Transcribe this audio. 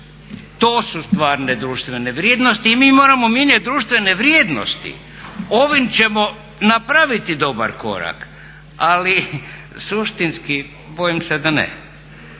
To su stvarne društvene vrijednosti i mi moramo mijenjati društvene vrijednosti. Ovim ćemo napraviti dobar korak, ali suštinski bojim se da ne.